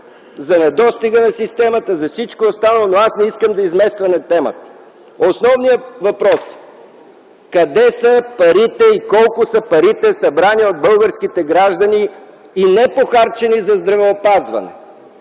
за недостига на системата, за всичко останало, но аз не искам да изместваме темата. Основният въпрос е: къде са и колко са парите, събрани от българските граждани и непохарчени за здравеопазване?!